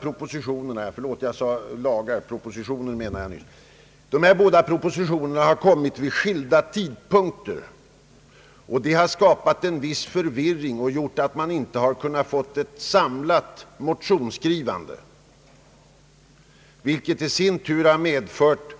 Propositionerna har lagts fram vid skilda tidpunkter, vilket skapat en viss förvirring. Man har nämligen inte kunnat få ett samlat motionsskrivande, vilket i sin tur har medfört